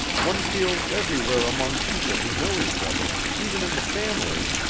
one feels everywhere among people who know each other, even in the family,